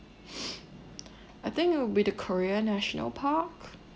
I think it would be the korea national park